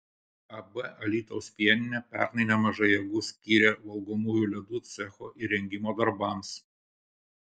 ab alytaus pieninė pernai nemažai jėgų skyrė valgomųjų ledų cecho įrengimo darbams